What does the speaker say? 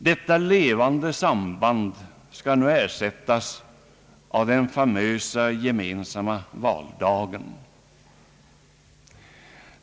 Detta 1evande samband skall nu ersättas av den famösa gemensamma valdagen.